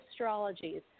astrologies